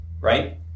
Right